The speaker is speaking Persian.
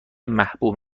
محبوب